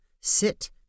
Sit